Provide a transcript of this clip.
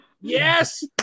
Yes